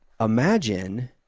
imagine